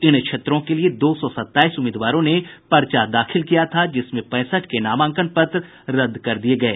इन क्षेत्रों के लिये दो सौ सताईस उम्मीदवारों ने पर्चा दाखिल किया था जिसमें पैंसठ के नामांकन पत्र रद्द कर दिये गये